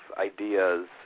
ideas